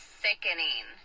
sickening